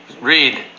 read